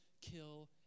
kill